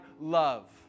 love